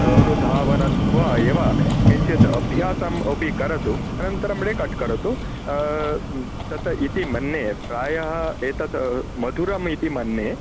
अनुधावनत्वा एव किञ्चित् अभ्यासम् अपि करोतु अनन्तरं रेकार्ड् करोतु तत् इति मन्ये प्रायः एतत् मधुरम् इति मन्ये